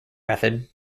method